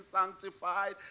sanctified